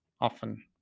often